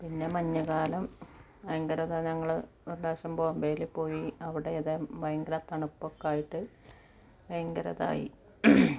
പിന്നെ മഞ്ഞു കാലം ഭയങ്കര ഞങ്ങൾ ഒരു പ്രാവശ്യം ബോംബെയിൽ പോയി അവിടെ അതാണ് ഭയങ്കര തണുപ്പൊക്കെ ആയിട്ട് ഭയങ്കര ഇതായി